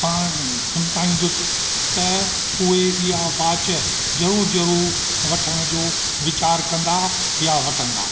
पाणि हिमथाईंदुसि त उहे इहा वाच ज़रूरु ज़रूरु वठण जो वीचार कंदा या वठंदा